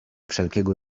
wszelkiego